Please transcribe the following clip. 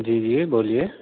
جی جی بولیے